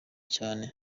cyane